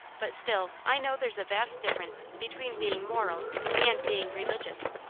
but still i know there's a vast differ ence between being moral and being religious.